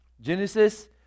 Genesis